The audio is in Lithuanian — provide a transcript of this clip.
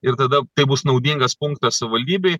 ir tada tai bus naudingas punktas savivaldybei